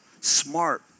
smart